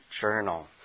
journal